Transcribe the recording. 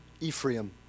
ephraim